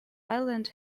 ireland